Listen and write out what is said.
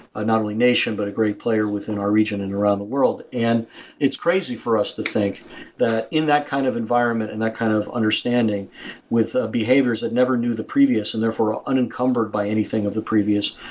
ah not only nation, but a great player within our region and around the world. and it's crazy for us to think that in that kind of environment and that kind of understanding with ah behaviors that never knew the previous and therefore ah unencumbered by anything of the previous,